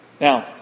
Now